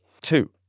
Two